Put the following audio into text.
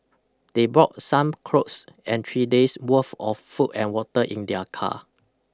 they brought some clothes and three days worth of food and water in their car